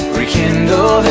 rekindle